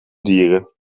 dieren